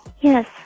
Yes